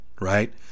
right